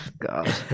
God